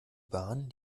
bahn